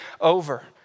over